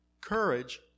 courage